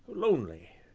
lonely,